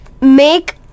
make